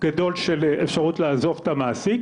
גדול של אפשרות לעזוב את המעסיק,